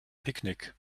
picknick